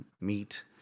Meet